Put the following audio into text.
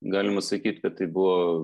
galima sakyt kad tai buvo